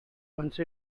once